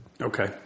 Okay